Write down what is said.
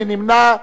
מי נמנע?